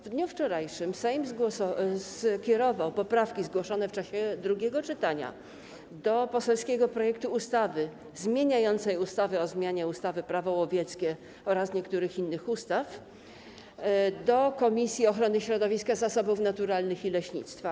W dniu wczorajszym Sejm skierował poprawki zgłoszone w czasie drugiego czytania do poselskiego projektu ustawy zmieniającej ustawę o zmianie ustawy - Prawo łowieckie oraz niektórych innych ustaw do Komisji Ochrony Środowiska, Zasobów Naturalnych i Leśnictwa.